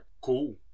cool